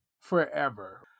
forever